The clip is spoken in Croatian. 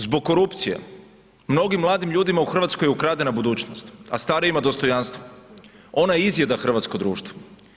Zbog korupcije mnogim mladim ljudima u Hrvatskoj je ukradena budućnost, a starijima dostojanstvo, ona izjeda hrvatsko društvo.